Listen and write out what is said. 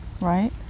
right